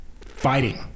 fighting